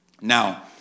Now